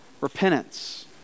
repentance